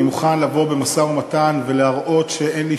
אני מוכן לבוא במשא-ומתן ולהראות שאין לי